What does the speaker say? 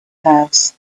house